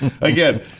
again